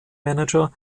manager